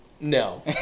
no